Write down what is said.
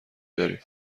داریم